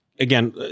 Again